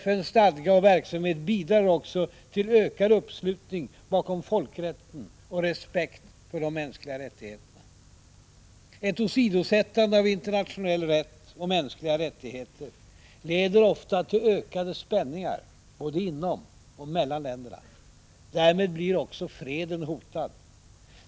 FN:s stadga och verksamhet bidrar också till ökad uppslutning bakom folkrätten och respekt för de mänskliga rättgheterna. Ett åsidosättande av internationell rätt och mänskliga rättigheter leder ofta till ökade spänningar, både inom och mellan länderna. Därmed blir också freden hotad.